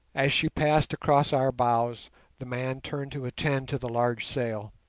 as she passed across our bows the man turned to attend to the large sail,